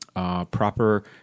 Proper